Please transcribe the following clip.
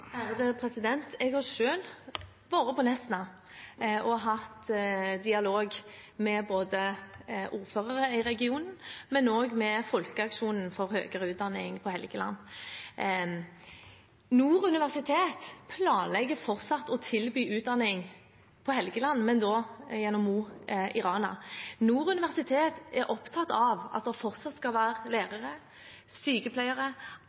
Jeg har selv vært på Nesna og hatt dialog med både ordførere i regionen og Folkeaksjonen for høyere utdanning på Helgeland. Nord universitet planlegger fortsatt å tilby utdanning på Helgeland, men da på Mo i Rana. Nord universitet er opptatt av at det fortsatt skal være lærere, sykepleiere